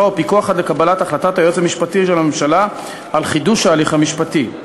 ופיקוח עד לקבלת החלטת היועץ המשפטי של הממשלה על חידוש ההליך המשפטי.